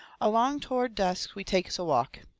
along toward dusk we takes a walk.